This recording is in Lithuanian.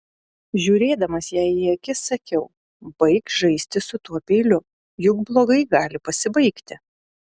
žiūrėdamas jai į akis sakiau baik žaisti su tuo peiliu juk blogai gali pasibaigti